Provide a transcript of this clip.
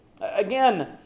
Again